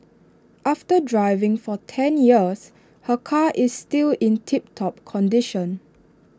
after driving for ten years her car is still in tip top condition